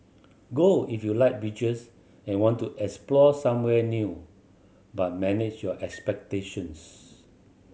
go if you like beaches and want to explore somewhere new but manage your expectations